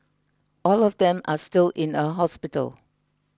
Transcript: all of them are still in a hospital